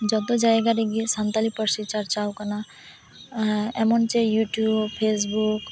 ᱡᱚᱛᱚ ᱡᱟᱭᱜᱟ ᱨᱮᱜᱤ ᱥᱟᱱᱛᱟᱲᱤ ᱯᱟᱹᱨᱥᱤ ᱪᱟᱨᱪᱟᱣ ᱟᱠᱟᱱᱟ ᱮᱢᱚᱱ ᱡᱮ ᱭᱩᱴᱤᱭᱩᱵ ᱯᱷᱮᱥᱵᱩᱠ